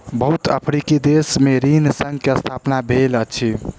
बहुत अफ्रीकी देश में ऋण संघ के स्थापना भेल अछि